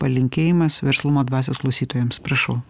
palinkėjimas verslumo dvasios klausytojams prašau